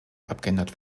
abgeändert